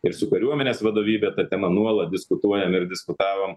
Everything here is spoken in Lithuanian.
ir su kariuomenės vadovybe ta tema nuolat diskutuojam ir diskutavom